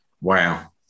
Wow